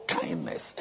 kindness